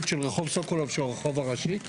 של רחוב סוקולוב שהוא הרחוב הראשי,